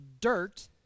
dirt